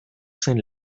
zen